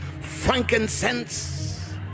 frankincense